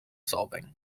solving